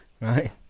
Right